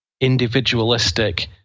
individualistic